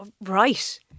right